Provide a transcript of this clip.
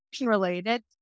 related